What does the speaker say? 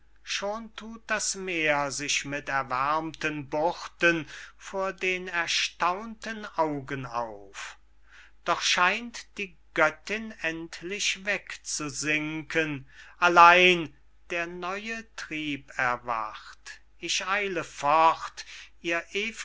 schon thut das meer sich mit erwärmten buchten vor den erstaunten augen auf doch scheint die göttin endlich wegzusinken allein der neue trieb erwacht ich eile fort